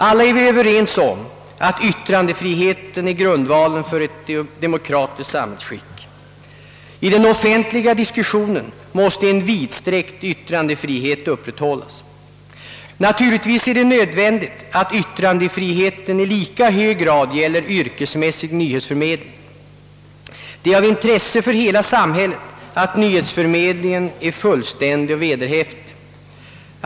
Alla är vi överens om att yttrandefriheten är grundvalen för ett demokratiskt samhällsskick. I den offentliga diskussionen måste en vidsträckt yttrandefrihet upprätthållas. Naturligtvis är det nödvändigt att yttrandefriheten i lika hög grad gäller yrkesmässig nyhetsförmedling. Det är av intresse för hela samhället att nyhetsförmedlingen är fullständig och vederhäftig.